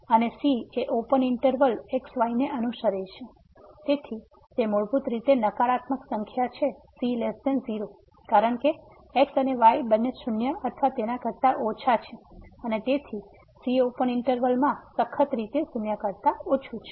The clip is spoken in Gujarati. અને c એ આ ઓપન ઈંટરવલ x y ને અનુસરે છે તેથી તે મૂળભૂત રીતે નકારાત્મક સંખ્યા છે c 0 કારણ કે x અને y બંને શૂન્ય અથવા તેના કરતાં ઓછા છે અને તેથી c ઓપન ઈંટરવલ માં સખત રીતે શુન્ય કરતાં ઓછું છે